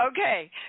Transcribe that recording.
okay